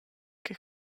che